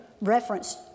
reference